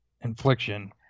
infliction